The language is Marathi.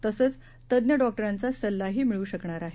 तसंच तज्ञ डॉक्टरांचा सल्लाही मिळू शकणार आहे